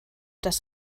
das